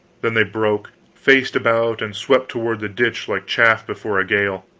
then they broke, faced about and swept toward the ditch like chaff before a gale.